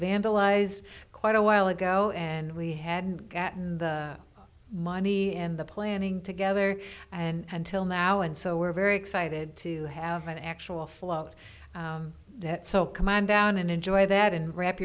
vandalize quite a while ago and we had gotten the money and the planning together and until now and so we're very excited to have an actual float so come on down and enjoy that and wrap